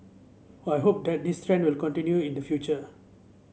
I hope that this trend will continue in the future